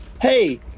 hey